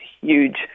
huge